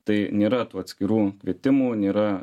tai nėra tų atskirų kvietimų nėra